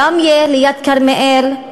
בראמיה ליד כרמיאל,